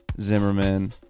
Zimmerman